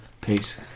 peace